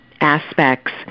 aspects